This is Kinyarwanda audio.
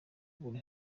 kuba